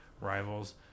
rivals